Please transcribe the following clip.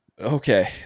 Okay